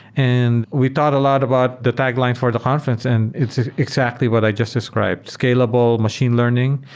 and we thought a lot about the tagline for the conference and it's exactly what i just described, scalable machine learning,